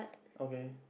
okay